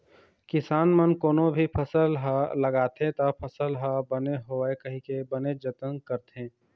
किसान मन कोनो भी फसल ह लगाथे त फसल ह बने होवय कहिके बनेच जतन करथे